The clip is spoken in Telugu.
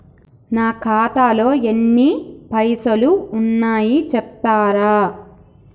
నా ఖాతాలో ఎన్ని పైసలు ఉన్నాయి చెప్తరా?